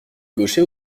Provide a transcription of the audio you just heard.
gaucher